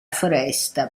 foresta